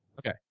Okay